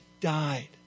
died